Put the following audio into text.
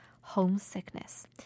homesickness